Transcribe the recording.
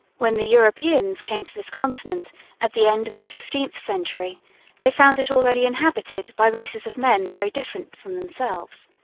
when the europeans came to this continent at the end of the fifteenth century they found it already inhabited by races of men very different from themselves.